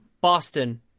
boston